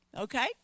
Okay